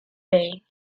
bang